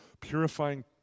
purifying